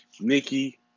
Nikki